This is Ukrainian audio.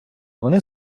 вони